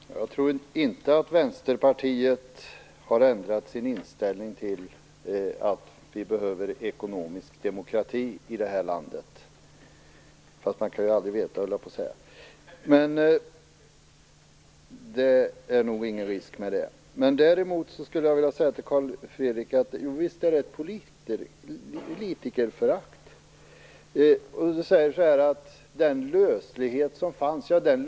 Herr talman! Jag tror inte att Vänsterpartiet har ändrat sin inställning till att vi behöver ekonomisk demokrati i det här landet - fast man kan ju aldrig veta. Nej, det är nog ingen risk för det. Men visst är det uttryck för ett politikerförakt att som Nils Fredrik Aurelius tala om "den löslighet som har funnits".